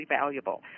valuable